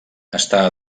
està